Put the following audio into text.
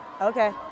Okay